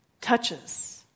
touches